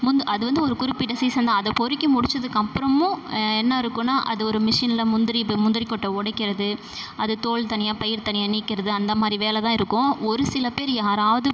முந் அது வந்து ஒரு குறிப்பிட்ட சீசன்தான் அதை பொறுக்கி முடிச்சதுக்கு அப்பறமும் என்ன இருக்குனா அது ஒரு மிஷினில் முந்திரி முந்திரி கொட்டை உடைக்கறது அது தோல் தனியாக பயிர் தனியாக நீக்கிறது அந்தமாதிரி வேலைதா இருக்கும் ஒருசில பேர் யாராவது